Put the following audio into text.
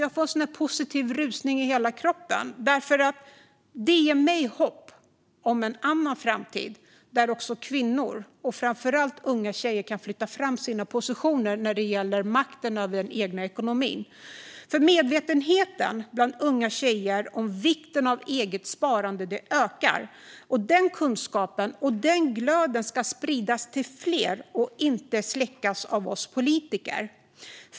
Jag får en positiv rusning i hela kroppen, för det ger mig hopp om en annan framtid, där kvinnor och framför allt unga tjejer kan flytta fram sina positioner när det gäller makten över den egna ekonomin. Medvetenheten bland unga tjejer om vikten av eget sparande ökar. Den kunskapen och den glöden ska spridas till fler och inte släckas av oss politiker.